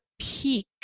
peak